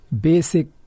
basic